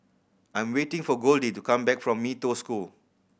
I'm waiting for Goldie to come back from Mee Toh School